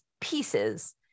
pieces